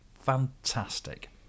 Fantastic